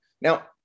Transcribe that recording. now